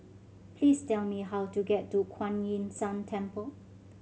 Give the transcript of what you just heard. please tell me how to get to Kuan Yin San Temple